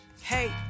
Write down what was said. hey